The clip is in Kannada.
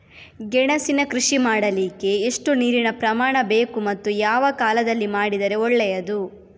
ಗೆಣಸಿನ ಕೃಷಿ ಮಾಡಲಿಕ್ಕೆ ಎಷ್ಟು ನೀರಿನ ಪ್ರಮಾಣ ಬೇಕು ಮತ್ತು ಯಾವ ಕಾಲದಲ್ಲಿ ಮಾಡಿದರೆ ಒಳ್ಳೆಯದು?